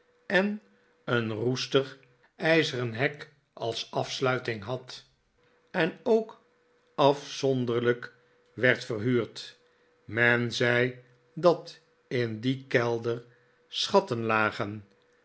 en een roestig ijzeren hek als afsluiting had en ook afzonderlijk werd verhuurd men zei dat in dien kelder schatten lagen